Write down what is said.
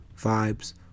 vibes